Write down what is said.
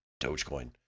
Dogecoin